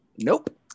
Nope